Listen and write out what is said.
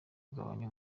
kugabanya